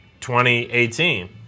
2018